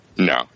No